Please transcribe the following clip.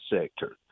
sector